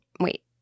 wait